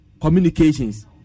communications